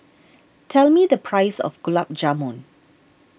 tell me the price of Gulab Jamun